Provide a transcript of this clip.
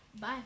bye